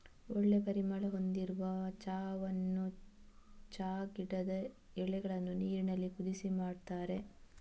ಒಳ್ಳೆ ಪರಿಮಳ ಹೊಂದಿರುವ ಚಾವನ್ನ ಚಾ ಗಿಡದ ಎಲೆಗಳನ್ನ ನೀರಿನಲ್ಲಿ ಕುದಿಸಿ ಮಾಡ್ತಾರೆ